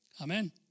Amen